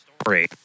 story